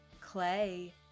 Clay